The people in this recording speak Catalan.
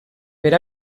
per